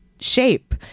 shape